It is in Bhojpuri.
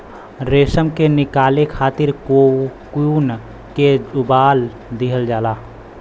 रेशम के निकाले खातिर कोकून के उबाल दिहल जाला